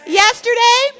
yesterday